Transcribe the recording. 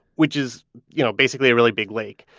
which is you know basically a really big lake.